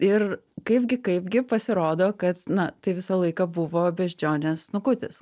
ir kaipgi kaipgi pasirodo kad na tai visą laiką buvo beždžionės snukutis